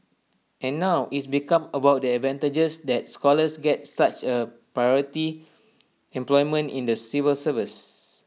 and now it's become about the advantages that scholars get such as A priority employment in the civil service